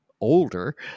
older